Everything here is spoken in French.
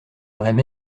auraient